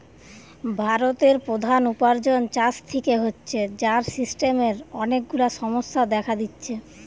ভারতের প্রধান উপার্জন চাষ থিকে হচ্ছে, যার সিস্টেমের অনেক গুলা সমস্যা দেখা দিচ্ছে